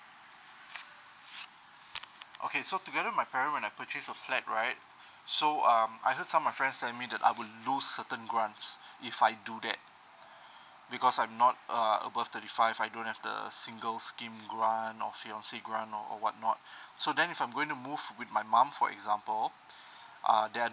okay together with my parent when I purchase a flat right so um I heard some of my friends saying that I would lose certain grants if I do that because I'm not uh above thirty five I don't have the single scheme grant or fiance grant or or what not so then if I'm going to move with my mom for example uh there're